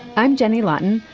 i'm jenny lawton.